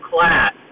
class